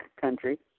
Country